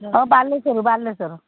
ହଁ ବାଲେଶ୍ଵର ବାଲେଶ୍ଵର